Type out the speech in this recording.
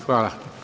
Hvala.